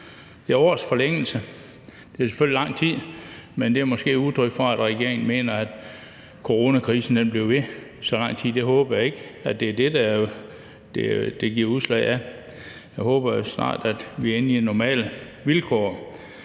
Det er 1 års forlængelse. Det er selvfølgelig lang tid, men det er måske udtryk for, at regeringen mener, at coronakrisen bliver ved så lang tid. Jeg håber ikke, at det er det, det giver sig udslag i. Jeg håber jo snart, vi er inde i normale vilkår.